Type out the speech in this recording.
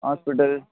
hospital